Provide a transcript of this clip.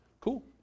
Cool